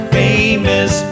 famous